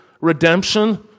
redemption